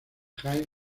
hyde